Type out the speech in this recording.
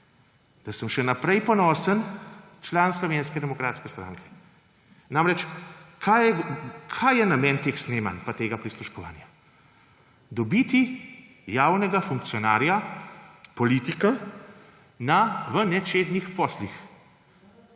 da sem še naprej ponosen član Slovenske demokratske stranke. Namreč, kaj je namen teh snemanj pa tega prisluškovanja? Dobiti javnega funkcionarja, politika v nečednih poslih.